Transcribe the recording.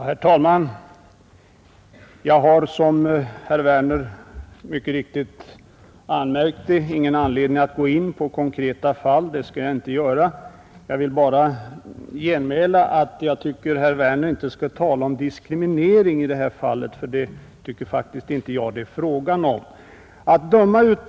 Herr talman! Jag har, som herr Werner i Malmö mycket riktigt anmärkte, ingen anledning att gå in på konkreta fall. Det skall jag inte göra. Jag vill bara genmäla att jag tycker att herr Werner inte skall tala om diskriminering i det här fallet, ty det anser jag faktiskt inte att det är fråga om.